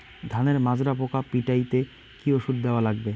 ধানের মাজরা পোকা পিটাইতে কি ওষুধ দেওয়া লাগবে?